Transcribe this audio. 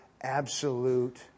absolute